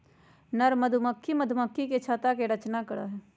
नर मधुमक्खी मधुमक्खी के छत्ता के रचना करा हई